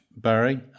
Barry